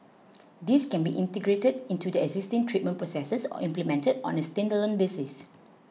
these can be integrated into their existing treatment processes or implemented on a standalone basis